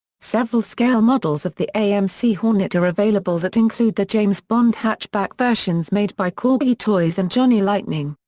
several scale models of the amc hornet are available that include the james bond hatchback versions made by corgi toys and johnny lightning.